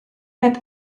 did